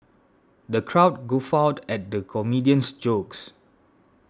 the crowd guffawed at the comedian's jokes